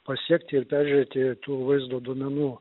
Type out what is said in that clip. pasiekti ir peržiūrėti tų vaizdų duomenų